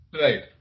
Right